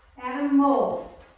and moles.